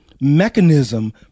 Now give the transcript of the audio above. mechanism